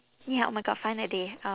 ya oh my god find a day um